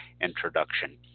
introduction